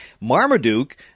Marmaduke